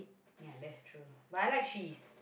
ya that's true but I like cheese